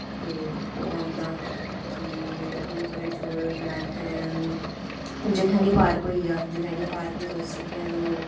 ते ओह् औंदा जे उधमपुरै च और होई गेआ इत्थै जखैनी पार्क होई गेआ जखैनी पार्क बी तुस जेह्के न ओ